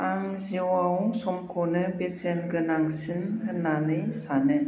आं जिउआव समखौनो बेसेन गोनांसिन होननानै सानो